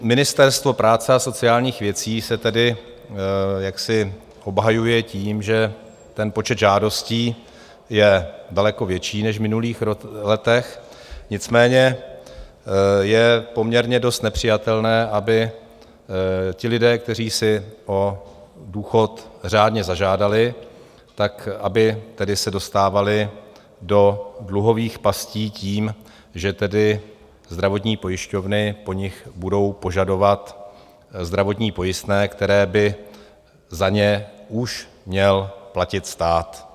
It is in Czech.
Ministerstvo práce a sociálních věcí se obhajuje tím, že počet žádostí je daleko větší než v minulých letech, nicméně je poměrně dost nepřijatelné, aby lidé, kteří si o důchod řádně zažádali, se dostávali do dluhových pastí tím, že zdravotní pojišťovny po nich budou požadovat zdravotní pojistné, které by za ně už měl platit stát.